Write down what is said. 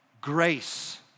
grace